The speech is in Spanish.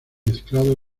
mezclado